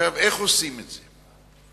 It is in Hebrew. איך עושים את זה?